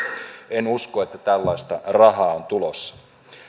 en usko että tällaista rahaa on tulossa